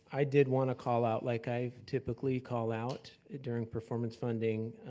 i did wanna call out, like i've typically call out during performance funding,